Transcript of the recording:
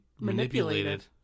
manipulated